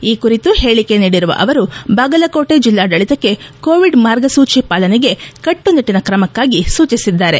ಈ ಕುರಿತು ಹೇಳಿಕೆ ನೀಡಿರುವ ಅವರು ಬಾಗಲಕೋಟೆ ಜಿಲ್ಲಾಡಳಿತಕ್ಕೆ ಕೋವಿಡ್ ಮಾರ್ಗಸೂಚಿ ಪಾಲನೆಗೆ ಕಟ್ಟುನಿಟ್ಟನ ಕ್ರಮಕ್ಕಾಗಿ ಸೂಚಿಸಿದ್ದಾರೆ